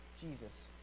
Jesus